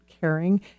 caring